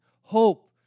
Hope